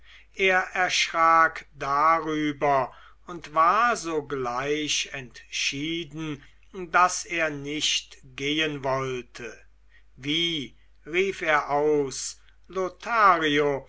er erschrak darüber und war sogleich entschieden daß er nicht gehen wollte wie rief er aus lothario